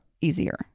easier